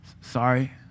Sorry